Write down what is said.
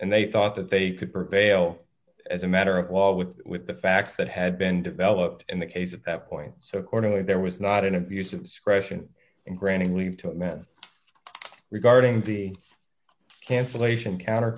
and they thought that they could prevail as a matter of law with the fact that had been developed in the case at that point so accordingly there was not an abuse of discretion in granting leave to men regarding the cancellation counter